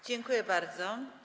Dziękuję bardzo.